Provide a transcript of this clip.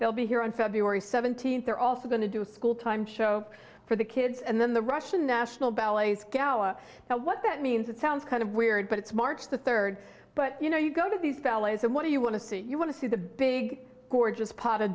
they'll be here on february seventeenth they're also going to do a school time show for the kids and then the russian national ballet's gala now what that means it sounds kind of weird but it's marks the third but you know you go to these valleys and what do you want to see you want to see the big gorgeous p